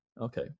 okay